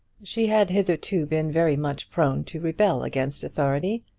she had hitherto been very much prone to rebel against authority.